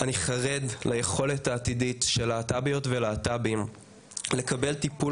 אני חרד ליכולת העתידית של להט"ביות ולהט"בים לקבל טיפול